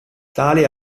tale